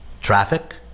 traffic